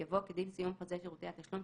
יבוא "כדין סיום חוזה שירותי התשלום,